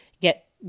get